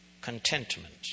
contentment